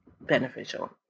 beneficial